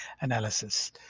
analysis